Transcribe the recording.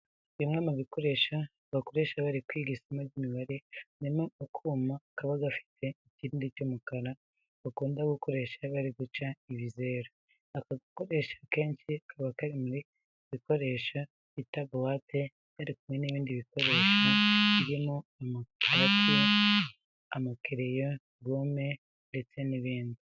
Bimwe mu bikoresho bakoresha bari kwiga isomo ry'imibare harimo akuma kaba gafite ikirindi cy'umukara bakunda gukoresha bari guca ibizeru. Aka gakoresho akenshi kaba kari mu gikoresho bita buwate kari kumwe n'ibindi bikoresho birimo nk'amarati, amakereyo, gome ndetse n'ibindi.